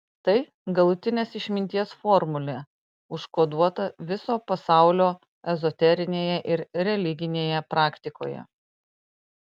tai galutinės išminties formulė užkoduota viso pasaulio ezoterinėje ir religinėje praktikoje